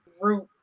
root